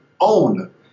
own